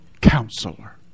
counselor